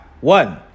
One